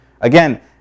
Again